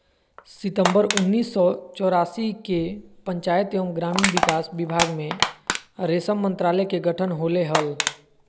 सितंबर उन्नीस सो चौरासी के पंचायत एवम ग्रामीण विकास विभाग मे रेशम मंत्रालय के गठन होले हल,